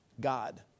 God